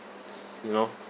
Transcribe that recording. you know